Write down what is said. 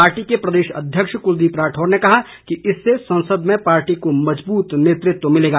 party के प्रदेश अध्यक्ष कुलदीप राठौर ने कहा है कि इससे संसद में पार्टी को मजबूत नेतृत्व मिलेगा